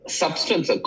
substance